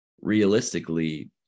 realistically